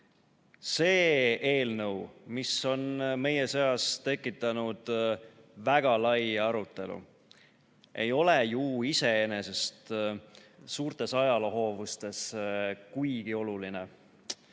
See eelnõu, mis on meie seas tekitanud väga laia arutelu, ei ole ju iseenesest suurtes ajaloohoovustes kuigi oluline